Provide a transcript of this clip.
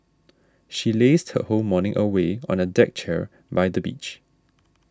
she lazed her whole morning away on a deck chair by the beach